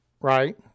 right